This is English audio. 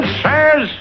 says